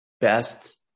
best